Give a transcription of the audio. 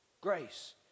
grace